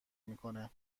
میکنه